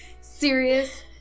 Serious